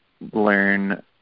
learn